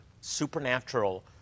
supernatural